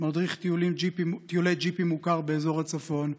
מדריך טיולי ג'יפים מוכר באזור הצפון,